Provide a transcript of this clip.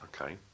Okay